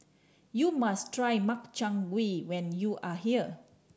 you must try Makchang Gui when you are here